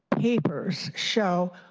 papers show